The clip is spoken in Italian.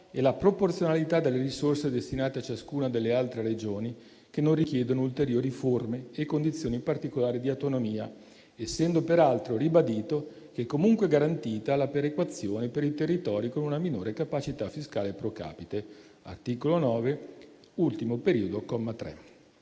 e la proporzionalità delle risorse destinate a ciascuna delle altre Regioni che non richiedono ulteriori forme e condizioni particolari di autonomia, essendo peraltro ribadito che è comunque garantita la perequazione per i territori con una minore capacità fiscale *pro capite* (articolo 9, ultimo periodo, comma 3).